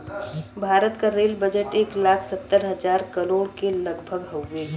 भारत क rail budget एक लाख सत्तर हज़ार करोड़ के लगभग हउवे